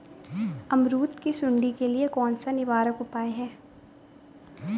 अमरूद की सुंडी के लिए कौन सा निवारक उपाय है?